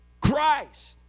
Christ